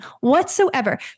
whatsoever